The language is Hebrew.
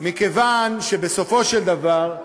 מכיוון שבסופו של דבר,